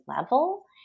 level